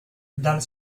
dal